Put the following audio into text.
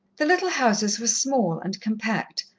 the little houses were small and compact,